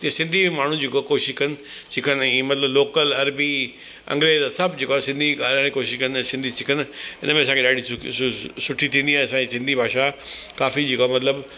के सिंधी माण्हू जेको आहे कोशिशि कनि सिखण जी मतिलबु लोकल अरबी अंग्रेज सभु जेको आहे सिंधी ॻाल्हाइण ई कोशिशि कनि ऐं सिंधी सिखण जी कोशिशि कनि ऐं सिंधी सिखण इनमें असांखे सुठी थींदी ऐं असांजी सिंधी भाषा काफ़ी जेको आहे मतिलब